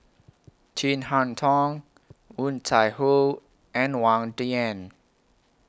Chin Harn Tong Woon Tai Ho and Wang Dayuan